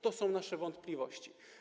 To są nasze wątpliwości.